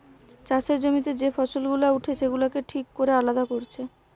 চাষের জমিতে যে ফসল গুলা উঠে সেগুলাকে ঠিক কোরে আলাদা কোরছে